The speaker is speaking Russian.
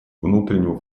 внутреннего